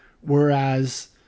whereas